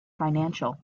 financial